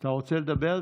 אתה רוצה לדבר?